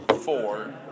Four